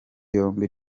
yombi